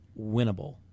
winnable